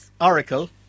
Oracle